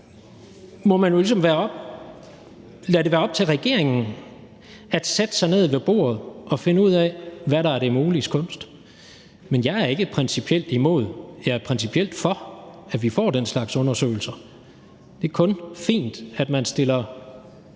må man jo ligesom lade det være op til regeringen at sætte sig ned ved bordet og finde ud af, hvad der er det muliges kunst. Men jeg er ikke principielt imod – jeg er principielt for – at vi får den slags undersøgelser. Det er kun fint, at man stiller